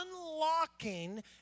unlocking